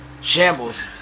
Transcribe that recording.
Shambles